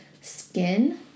skin